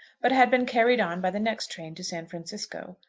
but had been carried on by the next train to san francisco.